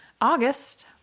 August